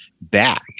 back